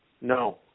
No